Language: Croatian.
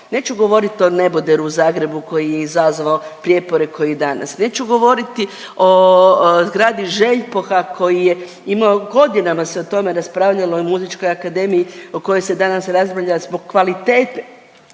neću govoriti o neboderu u Zagrebu koji je izazvao prijepore koji danas, neću govoriti o zgradi Željpoha koji je imao godinama se o tome raspravljalo i o Muzičkoj akademiji o kojoj se danas raspravlja zbog kvalitete,